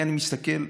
אני מסתכל,